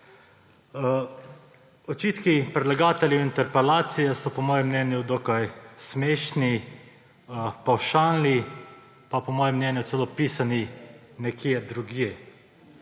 Očitki predlagateljev interpelacije so po mojem mnenju dokaj smešni, pavšalni, pa po mojem mnenju celo pisani nekje drugje.